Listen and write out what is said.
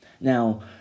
Now